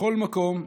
בכל מקום,